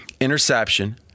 interception